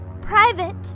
private